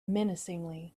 menacingly